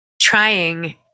trying